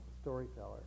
storyteller